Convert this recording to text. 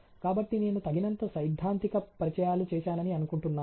కాబట్టి నేను తగినంత సైద్ధాంతిక పరిచయాలు చేశానని అనుకుంటున్నాను